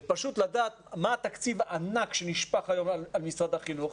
זה פשוט לדעת מה התקציב הענק שנשפך היום על משרד החינוך,